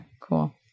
Cool